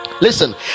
Listen